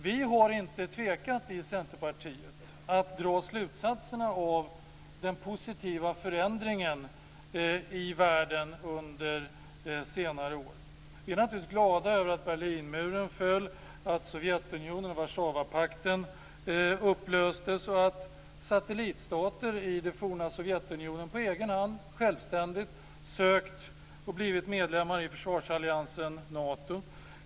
Vi har i Centerpartiet inte tvekat att dra slutsatserna av den positiva förändringen i världen under senare år. Vi är naturligtvis glada över att Sovjetunionen på egen hand självständigt ansökt om att bli och antagits som medlemmar i försvarsalliansen Nato.